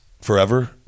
forever